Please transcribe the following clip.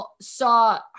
saw